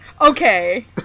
Okay